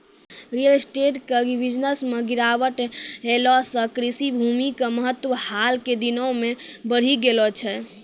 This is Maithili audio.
रियल स्टेट के बिजनस मॅ गिरावट ऐला सॅ कृषि भूमि के महत्व हाल के दिनों मॅ बढ़ी गेलो छै